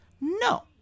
No